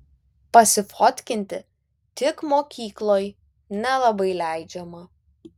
pasifotkinti tik mokykloj nelabai leidžiama